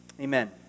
amen